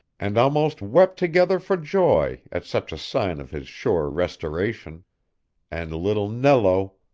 and almost wept together for joy at such a sign of his sure restoration and little nello,